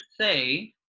say